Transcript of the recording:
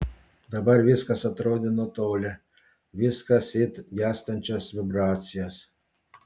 dabar viskas atrodė nutolę viskas it gęstančios vibracijos